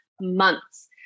months